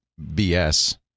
BS